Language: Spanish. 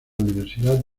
universidad